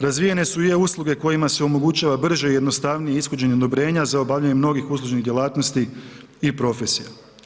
Razvijene se i EU usluge kojima se omogućava brže i jednostavnije ishođenje odobrenja za obavljanje mnogih uslužnih djelatnosti i profesija.